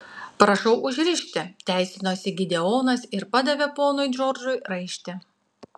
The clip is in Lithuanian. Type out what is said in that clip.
prašau užrišti teisinosi gideonas ir padavė ponui džordžui raištį